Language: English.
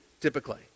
typically